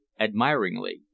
admiringly